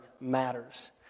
matters